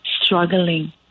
struggling